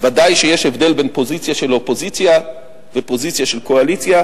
ודאי שיש הבדל בין פוזיציה של אופוזיציה לפוזיציה של קואליציה,